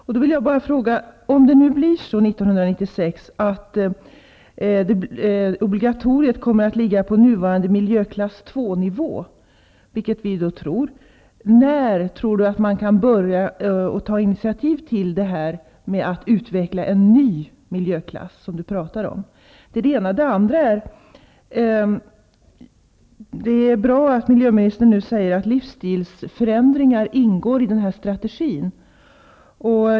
Om det 1996 blir på det sättet att obligatoriet kommer att ligga på nuvarande miljöklass 2-nivå, vilket vi tror, vill jag fråga miljöministern när han tror att man kan börja ta initiativ till att utveckla en ny miljöklass som han talar om. Det är bra att miljöministern nu säger att livsstilsförändringar ingår i denna strategi.